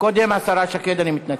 קודם השרה שקד, אני מתנצל.